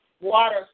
water